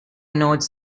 notes